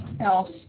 else